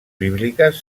bíbliques